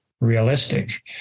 realistic